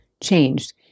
changed